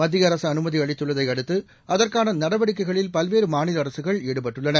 மத்திய அரசு அனுமதி அளித்துள்ளதை அடுத்து அதற்கான நடவடிக்கைகளில் பல்வேறு மாநில அரசுகள் ஈடுபட்டுள்ளன